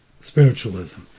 spiritualism